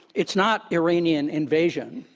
it's not iranian invasion.